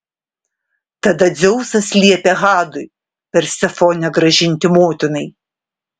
tada dzeusas liepė hadui persefonę grąžinti motinai